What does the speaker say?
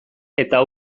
eta